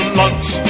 lunch